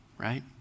right